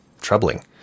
troubling